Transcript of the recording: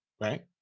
right